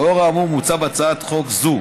לאור האמור, מוצע בהצעת חוק זו